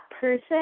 person